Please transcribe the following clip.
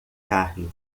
carne